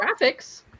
graphics